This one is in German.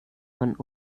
von